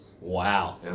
Wow